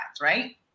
right